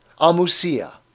Amusia